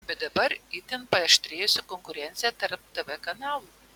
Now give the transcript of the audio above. bet dabar itin paaštrėjusi konkurencija tarp tv kanalų